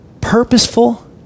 purposeful